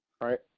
right